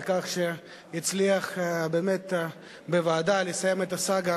על כך שהצליח בוועדה לסיים את הסאגה